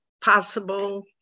possible